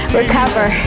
recover